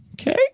okay